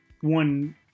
one